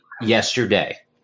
yesterday